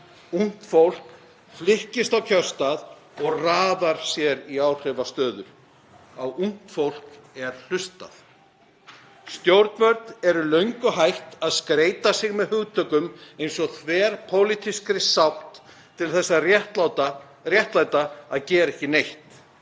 Ungt fólk flykkist á kjörstað og raðar sér í áhrifastöður. Á ungt fólk er hlustað. Stjórnvöld eru löngu hætt að skreyta sig með hugtökum eins og „þverpólitískri sátt“ til þess að réttlæta að gera ekki neitt.